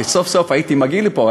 שסוף-סוף הייתי מגיע לפה,